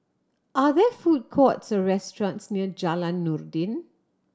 are there food courts or restaurants near Jalan Noordin